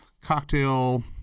cocktail